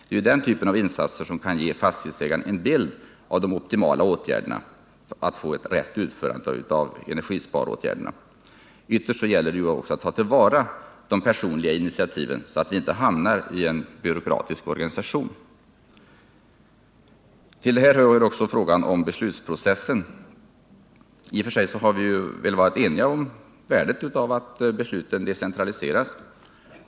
Det är ju den typen av insatser som kan ge fastighetsägaren en bild av de optimala åtgärderna — att få ett rätt utförande av energisparåtgärderna. Ytterst gäller det ju också att ta till vara de personliga initiativen, så att vi inte hamnar i en byråkratisk organisation. Nr 159 Till detta hör också frågan om beslutsprocessen. I och för sig har vi väl varit Tisdagen den eniga om värdet av att besluten decentraliseras.